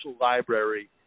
Library